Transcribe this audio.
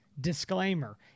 Disclaimer